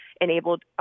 enabled